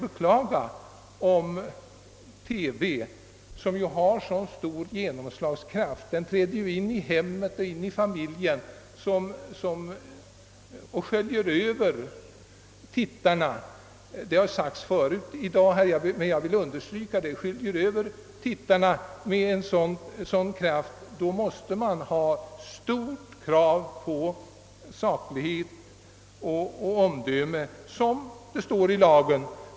Beträffande TV, som har så stor genomslagskraft — den tränger in i hemmet och familjen och fullkomligt sköljer över tittarna — måste stora krav ställas på saklighet och omdöme, vilket också står i lagen.